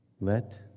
Let